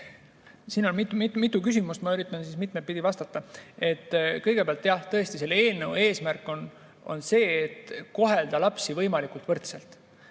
siin on mitu küsimust ja ma üritan mitut pidi vastata. Kõigepealt jah, tõesti, selle eelnõu eesmärk on kohelda lapsi võimalikult võrdselt.